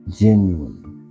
genuinely